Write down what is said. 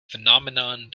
phenomenon